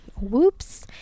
Whoops